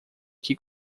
que